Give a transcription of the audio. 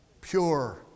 Pure